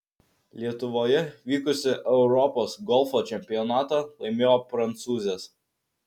lietuvoje vykusį europos golfo čempionatą laimėjo prancūzės